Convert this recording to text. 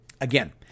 again